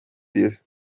tieso